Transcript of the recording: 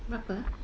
berapa ah